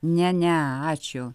ne ne ačiū